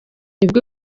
bwo